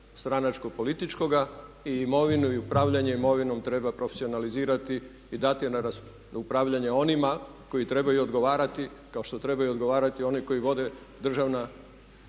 stranačko političkoga i imovinu i upravljanje imovinom treba profesionalizirati i dati na upravljanje onima koji trebaju odgovarati kao što trebaju odgovarati oni koji vode državna,